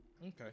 Okay